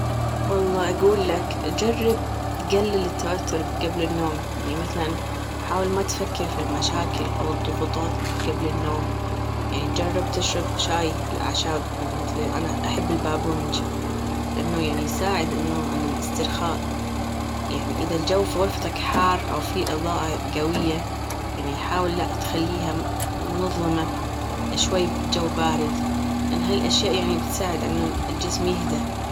والله أجول لك جرب تجلل التوتر جبل النوم يعني مثلا حاول ما تفكر في المشاكل أو الضغوطات جبل النوم يعني جرب تشرب شاي الأعشاب يعني مثلي أنا أحب البابونج لأنه يعني يساعد إنه على الإسترخاء يعني إذا الجو في غرفتك حار أوفي إضاءة جوية يعني حاول لا تخليها مظلمة شوي جو بارد لأن هالأشياء يعني بتساعد إنه الجسم يهدأ.